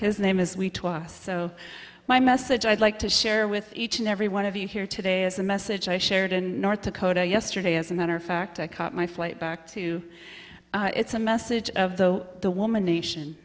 tossed so my message i'd like to share with each and every one of you here today is a message i shared in north dakota yesterday as a matter of fact i caught my flight back to it's a message of the the woman nation